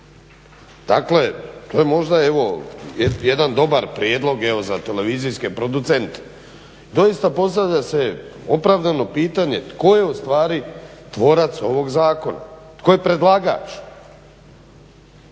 Dakle, to je možda evo jedan dobar prijedlog evo za televizijske producente. Doista, postavlja se opravdano pitanje tko je u stvari tvorac ovog zakona, tko je predlagač.